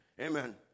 Amen